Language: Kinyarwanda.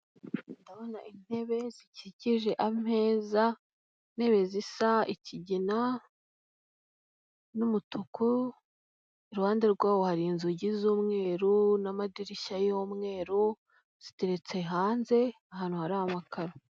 Ndabona intebe zikikije ameza, intebe zisa ikigina n'umutuku, iruhande rwawo hari inzugi z'umweru n'amadirishya y'umweru ziteretse hanze ahantu hari amakaro.